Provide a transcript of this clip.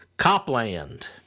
Copland